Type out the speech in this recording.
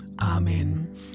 Amen